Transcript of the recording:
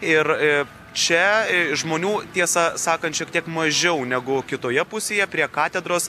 ir čia žmonių tiesą sakant šiek tiek mažiau negu kitoje pusėje prie katedros